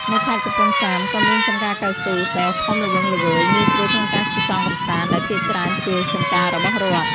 នៅខេត្តកំពង់ចាមក៏មាន ចំការកៅស៊ូ ដ៏ធំល្វឹងល្វើយងាយស្រួលក្នុងការជិះកង់កម្សាន្ត ដែលភាគច្រើនជាចំការរបស់រដ្ឋ។